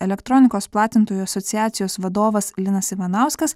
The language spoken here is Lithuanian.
elektronikos platintojų asociacijos vadovas linas ivanauskas